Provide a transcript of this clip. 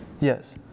Yes